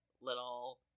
little